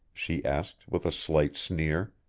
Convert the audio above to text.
she asked, with a slight sneer.